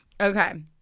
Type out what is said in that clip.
Okay